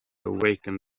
awaken